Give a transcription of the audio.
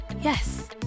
yes